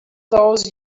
those